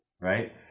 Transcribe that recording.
right